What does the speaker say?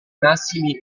massimi